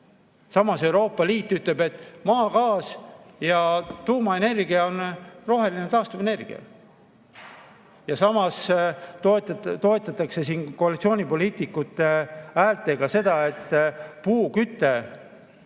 Samas, Euroopa Liit ütleb, et maagaas ja tuumaenergia on roheline taastuvenergia. Ja samas toetatakse meil koalitsioonipoliitikute häältega seda, et puuküte